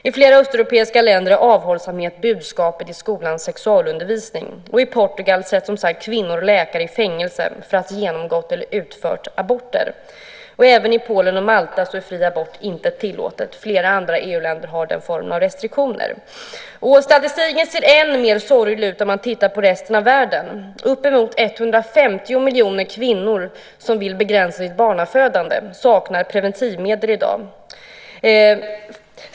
I flera östeuropeiska länder är avhållsamhet budskapet i skolans sexualundervisning, och i Portugal sätts som sagt kvinnor och läkare i fängelse för att genomgått eller utfört aborter. Även i Polen och Malta är abort inte tillåtet. Flera andra länder EU-länder har också den formen av restriktioner. Statistiken ser än mer sorglig ut när man tittar på resten av världen. Upp emot 150 miljoner kvinnor som vill begränsa sitt barnafödande saknar preventivmedel i dag.